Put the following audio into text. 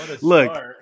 Look